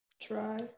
try